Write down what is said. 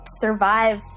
survive